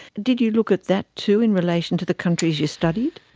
did you look at that too in relation to the countries you studied?